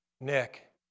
Nick